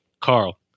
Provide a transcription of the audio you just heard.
Carl